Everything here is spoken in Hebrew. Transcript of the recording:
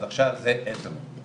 אז עכשיו זה עשר נקודות.